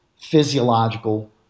physiological